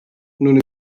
non